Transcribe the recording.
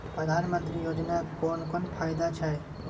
प्रधानमंत्री योजना कोन कोन फायदा छै?